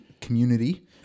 community